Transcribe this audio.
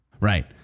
Right